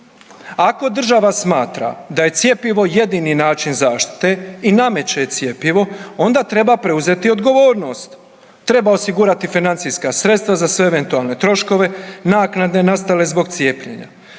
Ako država smatra da je cjepivo jedini način zaštite i nameće cjepivo onda treba preuzeti odgovornost, treba osigurati financijska sredstva za sve eventualne troškove naknade nastale zbog cijepljenja